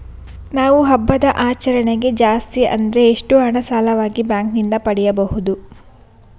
ನಾವು ಹಬ್ಬದ ಆಚರಣೆಗೆ ಜಾಸ್ತಿ ಅಂದ್ರೆ ಎಷ್ಟು ಹಣ ಸಾಲವಾಗಿ ಬ್ಯಾಂಕ್ ನಿಂದ ಪಡೆಯಬಹುದು?